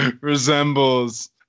resembles